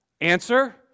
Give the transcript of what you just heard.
Answer